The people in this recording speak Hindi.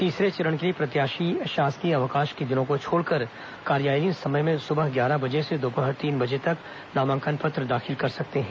तीसरे चरण के लिए प्रत्याशी शासकीय अवकाश के दिनों को छोड़कर कार्यालयीन समय में सुबह ग्यारह बजे से दोपहर तीन बजे तक नामांकन पत्र दाखिल कर सकते हैं